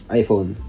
iPhone